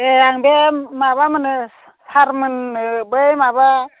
दे आं बे माबा मोननो सार मोननो बै माबा